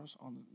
on